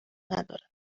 ندارد